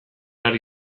ari